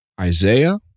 Isaiah